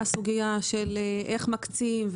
הסוגיה של איך מקצים,